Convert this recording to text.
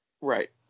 right